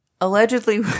Allegedly